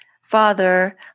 father